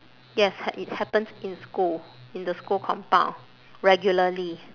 yes ha~ it happens in school in the school compound regularly